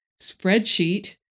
spreadsheet